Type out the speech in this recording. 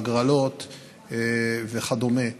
ההגרלות וכדומה,